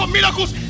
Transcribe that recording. miracles